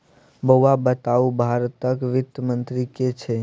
बौआ बताउ भारतक वित्त मंत्री के छै?